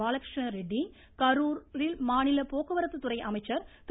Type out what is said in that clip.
பாலகிருஷ்ண ரெட்டி கரூரில் மாநில போக்குவரத்து துறை அமைச்சர் திரு